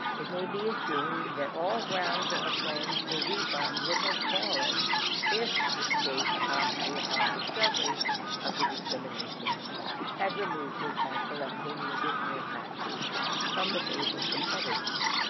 it may be assumed that all ground for a claim for refund would have fallen if the state promptly upon discovery of the discrimination had removed it by collecting the additional taxes from the favored competitors.